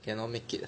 cannot make it